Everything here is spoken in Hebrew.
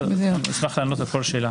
אני אשמח לענות על כל שאלה.